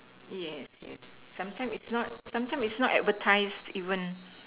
yeah yeah sometimes it's not sometimes it's not advertised even